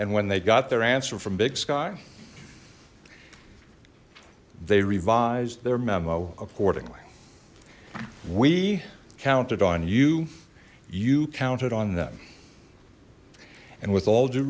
and when they got their answer from big sky they revised their memo accordingly we counted on you you counted on them and with all due